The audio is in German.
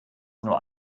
nur